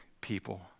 people